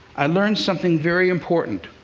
i learned something very important.